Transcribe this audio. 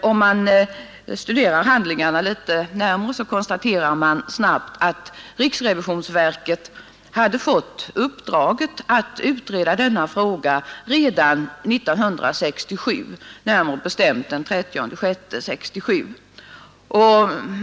Om man studerar handlingarna litet närmare konstaterar man snabbt att riksrevisionsverket hade fått uppdraget att utreda denna fråga redan den 30 juni 1967.